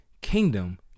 kingdom